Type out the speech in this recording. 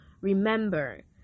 remember